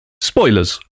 spoilers